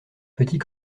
petit